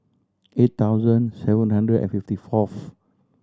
eight thousand seven hundred and fifty fourth